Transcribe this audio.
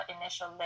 initial